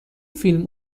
فیلم